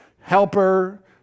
helper